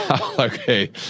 okay